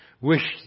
wish